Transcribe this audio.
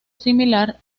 similar